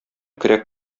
көрәк